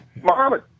Mohammed